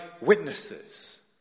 witnesses